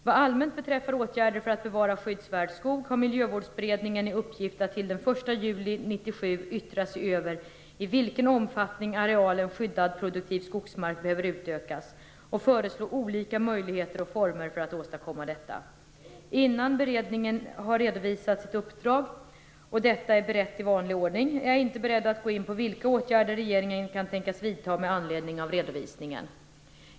Vad allmänt beträffar åtgärder för att bevara skyddsvärd skog har Miljövårdsberedningen i uppgift att till den 1 juli 1997 yttra sig över i vilken omfattning arealen skyddad produktiv skogsmark behöver utökas och föreslå olika möjligheter och former för att åstadkomma detta. Innan beredningen har redovisat sitt uppdrag och detta är berett i vanlig ordning är jag inte beredd att gå in på vilka åtgärder regeringen kan tänkas vidta med anledning av redovisningen.